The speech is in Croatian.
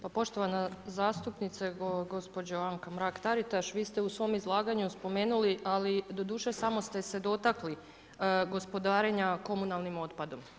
Pa poštovana zastupnice gospođo Anka Mrak-Taritaš, vi ste u svom izlaganju spomenuli, ali doduše samo ste se dotakli gospodarenja komunalnim otpadom.